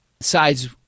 sides